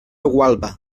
gualba